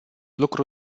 lucru